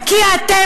אתם